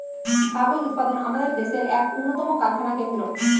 কাগজ উৎপাদন আমাদের দেশের এক উন্নতম কারখানা কেন্দ্র